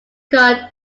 called